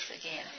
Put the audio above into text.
again